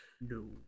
No